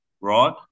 right